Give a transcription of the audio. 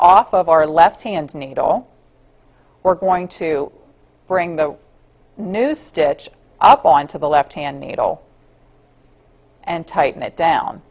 off of our left hand needle we're going to bring the new stitch up on to the left hand needle and tighten it down